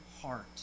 heart